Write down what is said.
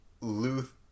luth